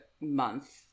month